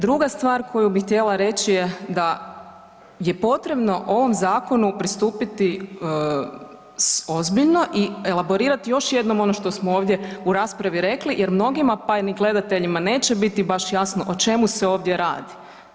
Druga stvar koju bih htjela reći je da je potrebno ovom Zakonu pristupiti s ozbiljno i elaborirati još jednom ono što smo ovdje u raspravi rekli jer mnogima, pa ni gledateljima neće biti baš jasno o čemu se ovdje radi.